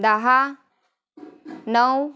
दहा नऊ